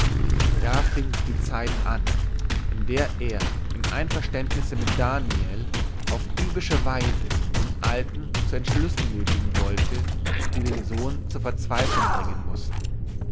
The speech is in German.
da fing die zeit an in der er im einverständnisse mit daniel auf bübische weise den alten zu entschlüssen nötigen wollte die den sohn zur verzweiflung bringen mußten